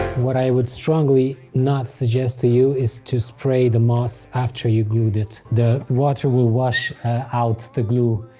what i would strongly not suggest to you, is to spray the moss after you glued it. the water will wash out the glue.